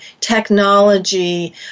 technology